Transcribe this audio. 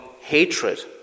hatred